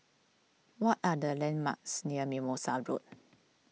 what are the landmarks near Mimosa Road